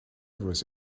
with